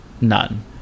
None